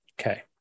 Okay